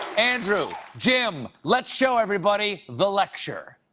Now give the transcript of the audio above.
andrew, jim, let's show everybody the lecture.